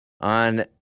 on